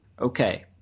Okay